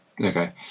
Okay